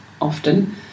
often